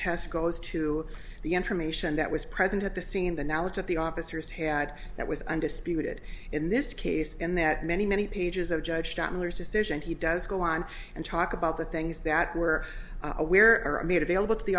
test goes to the information that was present at the scene the knowledge that the officers had that was undisputed in this case and that many many pages of judge tattlers decision he does go on and talk about the things that were aware or made available to the